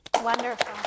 Wonderful